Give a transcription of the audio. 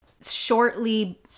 Shortly